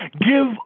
Give